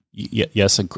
Yes